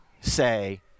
say